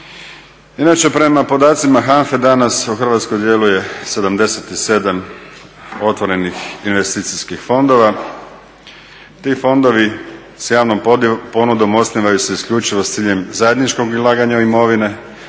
Inače prema podacima HANFA-e danas u Hrvatskoj djeluje 77 otvorenih investicijskih fondova. Ti fondovi s javnom ponudom osnivaju se isključivo s ciljem zajedničkog ulaganja imovine,